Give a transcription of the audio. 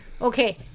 Okay